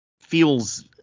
feels